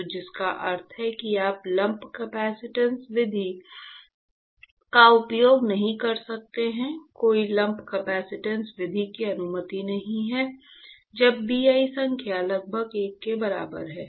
तो जिसका अर्थ है कि आप लम्प कपसिटंस विधि का उपयोग नहीं कर सकते हैं कोई लम्प कपसिटंस विधि की अनुमति नहीं है जब Bi संख्या लगभग 1 के बराबर हो